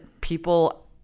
people